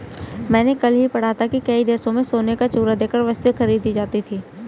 मैंने कल ही पढ़ा था कि कई देशों में सोने का चूरा देकर वस्तुएं खरीदी जाती थी